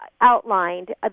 outlined